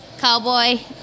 cowboy